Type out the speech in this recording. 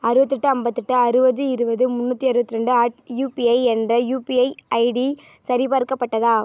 அறுபத்தெட்டு ஐம்பத்தெட்டு அறுபது இருபது முன்னூற்றி இருவத்ரெண்டு அட் யூபிஐ என்ற யூபிஐ ஐடி சரிபார்க்கப்பட்டதா